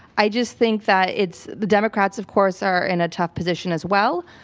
i just think that it's, the democrats of course are in a tough position as well,